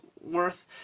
worth